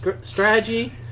strategy